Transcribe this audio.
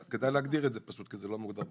כדאי להגדיר את זה, כי זה לא מוגדר בניסוח.